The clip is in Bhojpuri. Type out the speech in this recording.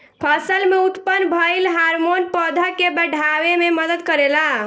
फसल में उत्पन्न भइल हार्मोन पौधा के बाढ़ावे में मदद करेला